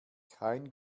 kein